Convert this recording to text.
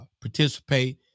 participate